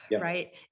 right